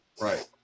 right